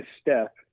step